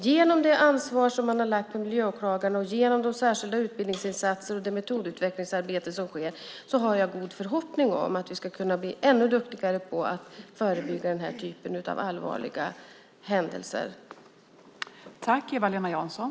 Genom det ansvar som man har lagt på miljöåklagarna och genom de särskilda utbildningsinsatser och det metodutvecklingsarbete som sker har jag gott hopp om att vi kan bli ännu duktigare på att förebygga när det gäller den här typen av allvarliga händelser.